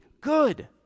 good